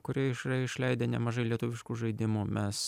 kurie išra išleidę nemažai lietuviškų žaidimų mes